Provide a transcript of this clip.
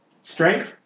strength